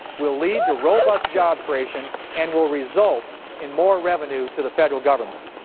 will lead to robust job creation and will result in more revenue to the federal government.